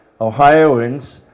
Ohioans